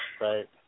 right